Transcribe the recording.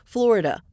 Florida